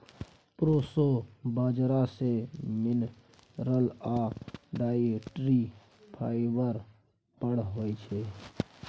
proso बजरा मे mineral आ डाइटरी फाइबर बड़ होइ छै